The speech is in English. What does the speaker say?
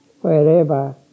Wherever